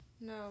No